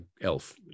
elf